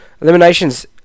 Eliminations